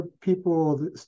people